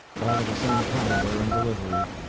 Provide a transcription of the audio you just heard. all of the same caliber and delivery,